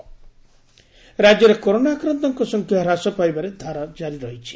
corona Odisha ରାଜ୍ୟରେ corona ଆକ୍ରାନ୍ତଙ୍କ ସଂଖ୍ୟା ହାସ ପାଇବାର ଧାରା ଜାରି ରହିଛି